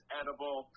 edible